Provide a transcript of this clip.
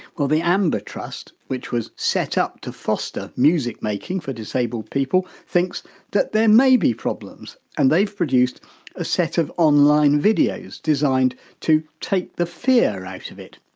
well the amber trust, which was setup to foster music making for disabled people, thinks that there may be problems and they've produced a set online videos, designed to take the fear out of it.